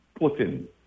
Putin